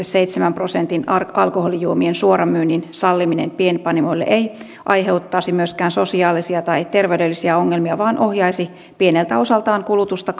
seitsemän prosentin alkoholijuomien suoramyynnin salliminen pienpanimoille ei aiheuttaisi myöskään sosiaalisia tai terveydellisiä ongelmia vaan ohjaisi pieneltä osaltaan kulutusta